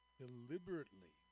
deliberately